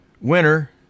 winner